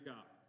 God